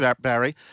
Barry